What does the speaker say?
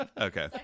Okay